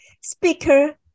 speaker